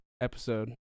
episode